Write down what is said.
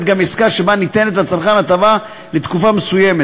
גם עסקה שבה ניתנת לצרכן הטבה לתקופה מסוימת.